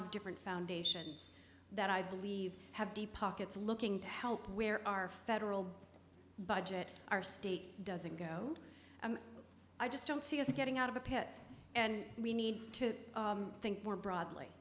of different foundations that i believe have deep pockets looking to help where our federal budget our state doesn't go i just don't see us getting out of a pit and we need to think more broadly